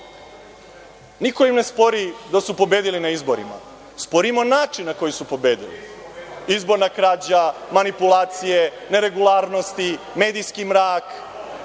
SNS.Niko im ne spori da su pobedili na izborima. Sporimo način na koji su pobedili – izborna krađa, manipulacije, neregularnosti, medijski mrak,